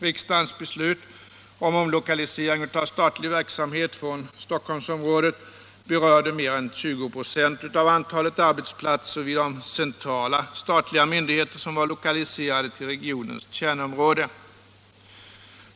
Riksdagens beslut om omlokalisering av statlig verksamhet från Stockholmsområdet berörde mer än 20 96 av antalet arbetsplatser vid de centrala statliga myndigheter som var lokaliserade till regionens kärnområde.